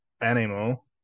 animal